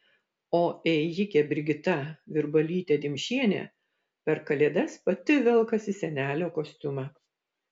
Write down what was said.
o ėjikė brigita virbalytė dimšienė per kalėdas pati velkasi senelio kostiumą